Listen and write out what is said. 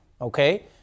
okay